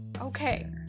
Okay